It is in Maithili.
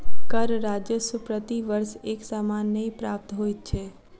कर राजस्व प्रति वर्ष एक समान नै प्राप्त होइत छै